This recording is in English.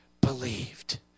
believed